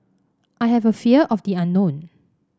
I have a fear of the unknown